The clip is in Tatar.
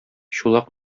чулак